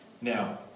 Now